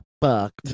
fucked